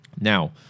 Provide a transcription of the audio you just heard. Now